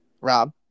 Rob